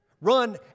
Run